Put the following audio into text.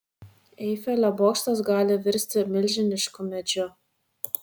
eifelio bokštas gali virsti milžinišku medžiu